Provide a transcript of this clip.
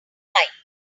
mike